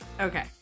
Okay